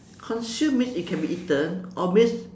consumed means it can be eaten or means